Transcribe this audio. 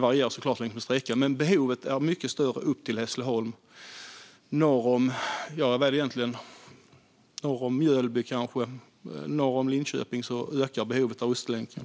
varierar såklart längs med sträckan, men behovet är mycket större upp till Hässleholm. Norr om Mjölby, eller Linköping, ökar behovet av Ostlänken.